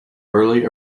early